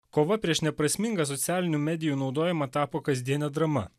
kova prieš neprasmingą socialinių medijų naudojimą tapo kasdiene drama